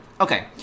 Okay